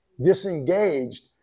disengaged